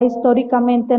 históricamente